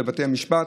לבתי המשפט.